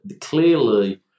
clearly